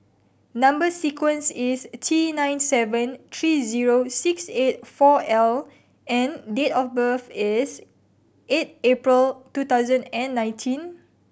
number sequence is T nine seven three zero six eight four L and date of birth is eight April two thousand and nineteen